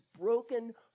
broken